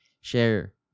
share